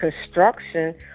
construction